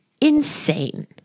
insane